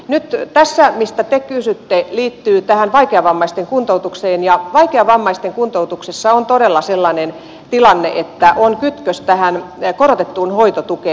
nyt tämä mistä te kysytte liittyy tähän vaikeavammaisten kuntoutukseen ja vaikeavammaisten kuntoutuksessa on todella sellainen tilanne että on kytkös tähän korotettuun hoitotukeen